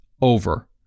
over